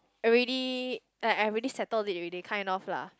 already like I have already settled it already kind of lah